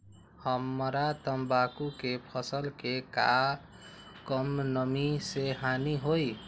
हमरा तंबाकू के फसल के का कम नमी से हानि होई?